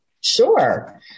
Sure